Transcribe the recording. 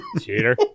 cheater